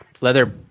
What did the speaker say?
leather